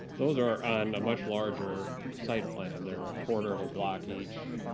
those are on a much larger site plan. they're a quarter of a block each.